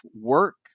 work